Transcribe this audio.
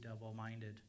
double-minded